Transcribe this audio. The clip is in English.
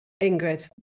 Ingrid